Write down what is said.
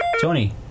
Tony